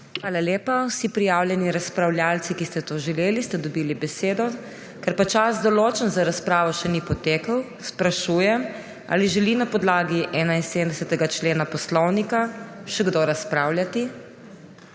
Hvala lepa. Vsi prijavljeni razpravljavci, ki ste to želeli, ste dobili besedo. Ker čas, določen za razpravo, še ni potekel, sprašujem, ali želi na podlagi 71. člena Poslovnika državnega